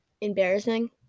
embarrassing